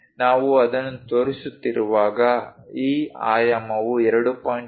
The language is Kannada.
ನಾವು ಅದನ್ನು ತೋರಿಸುತ್ತಿರುವಾಗ ಈ ಆಯಾಮವು 2